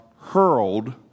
hurled